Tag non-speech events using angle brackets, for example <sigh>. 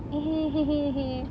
<laughs>